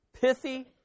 pithy